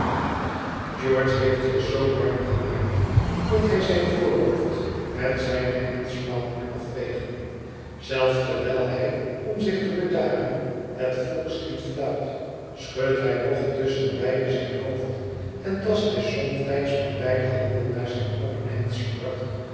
george heeft zich zoo warm gemaakt dat hij zijn voorhoofd met zijne hemdsmouw moet afvegen zelfs terwijl hij om zich te bedaren het volkslied fluit schudt hij nog tusschenbeide zijn hoofd en tast hij somtijds met beide handen naar zijn open